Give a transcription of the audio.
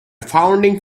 founding